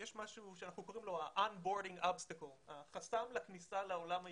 יש משהו שאנחנו קוראים לו החסם לכניסה לעולם היהודי.